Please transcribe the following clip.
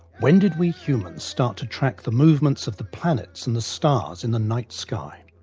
when did we humans start to track the movements of the planets and the stars in the night sky?